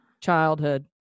Childhood